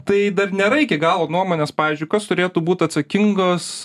tai dar nėra iki galo nuomonės pavyzdžiui kas turėtų būt atsakingos